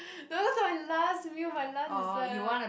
no those for my last meal my last dessert ah